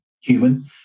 human